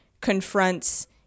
confronts